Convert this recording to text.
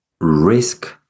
risk